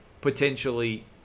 potentially